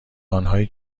آنهایی